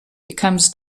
becomes